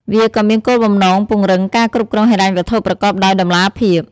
វាក៏មានគោលបំណងពង្រឹងការគ្រប់គ្រងហិរញ្ញវត្ថុប្រកបដោយតម្លាភាព។